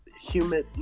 human